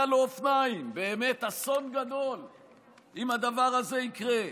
לאופניים" באמת אסון גדול אם הדבר הזה יקרה.